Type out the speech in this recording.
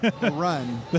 run